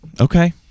Okay